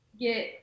get